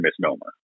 misnomer